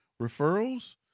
referrals